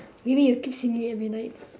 maybe it'll keep singing every night